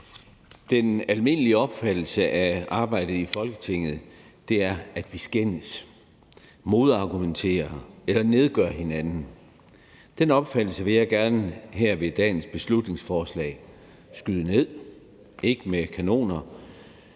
Den almindelige opfattelse af arbejdet i Folketinget er, at vi skændes, modargumenterer eller nedgør hinanden. Den opfattelse vil jeg gerne her ved dagens beslutningsforslag skyde ned – dog ikke med kanoner.